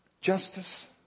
Justice